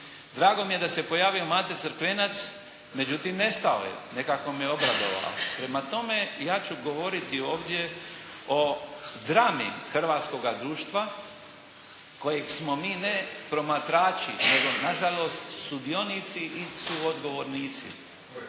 Drago mi je da se je pojavio Mate Crkvenac, međutim nestao je, nekako me je obradovao. Prema tome ja ću govoriti ovdje o drami hrvatskoga društva kojeg smo mi ne promatrači nego nažalost sudionici i suodgovornici.